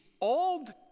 Old